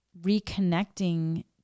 reconnecting